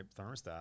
thermostat